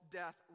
death